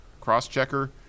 cross-checker